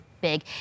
big